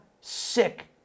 sick